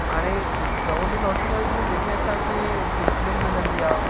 हाणे government hospitals में जेके असांखे ट्रिटमेंट मिलिंदी आहे